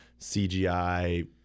cgi